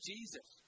Jesus